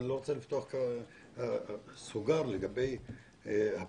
אני לא רוצה לפתוח כאן סוגר לגבי הפיקוח